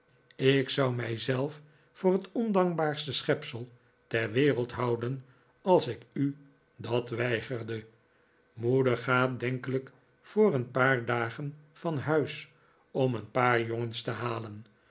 ik zou mij zelf voor het ondankbaarste schepsel ter wereld houden als ik u dat weigerde moeder gaat denkelijk voor een paar dagen van huis om een paar jongens te halen